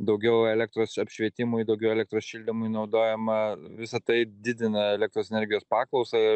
daugiau elektros apšvietimui daugiau elektros šildymui naudojama visa tai didina elektros energijos paklausą